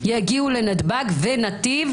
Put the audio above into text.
יגיעו לנתב"ג ונתיב.